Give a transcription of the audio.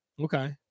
Okay